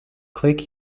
click